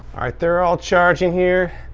alright they're all charging here.